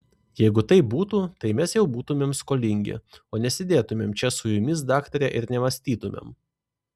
jeigu taip būtų tai mes jau būtumėm skolingi o nesėdėtumėm čia su jumis daktare ir nemąstytumėm